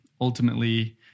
ultimately